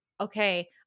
okay